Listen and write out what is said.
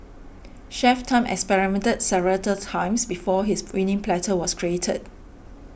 Chef Tan experimented several times before his winning platter was created